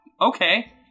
okay